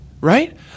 right